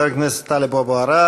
חבר הכנסת טלב אבו עראר,